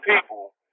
people